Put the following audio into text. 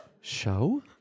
Show